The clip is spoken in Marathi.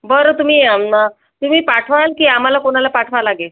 बरं तुम्ही तुम्ही पाठवाल की आम्हाला कोणाला पाठवावं लागेल